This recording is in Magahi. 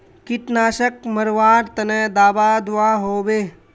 कीटनाशक मरवार तने दाबा दुआहोबे?